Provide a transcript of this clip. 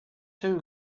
too